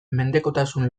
mendekotasun